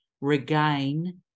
regain